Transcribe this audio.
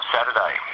Saturday